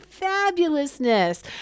fabulousness